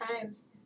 times